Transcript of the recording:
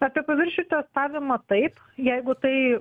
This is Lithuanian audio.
apie paviršių testavimą taip jeigu tai